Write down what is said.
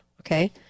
okay